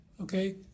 Okay